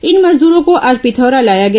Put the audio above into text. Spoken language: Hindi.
इन मजदूरो को आज पिथौरा लाया गया